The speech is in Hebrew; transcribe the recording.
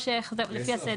או שלפי הסדר,